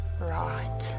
right